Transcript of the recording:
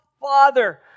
Father